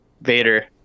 Vader